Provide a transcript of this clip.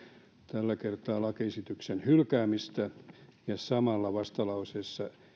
tällä kertaa lakiesityksen hylkäämistä ja samalla vastalauseessa